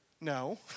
No